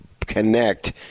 connect